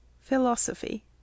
Philosophy